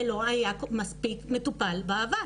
זה לא היה מספיק מטופל בעבר